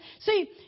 See